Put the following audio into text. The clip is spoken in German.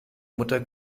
mutter